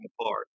apart